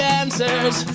answers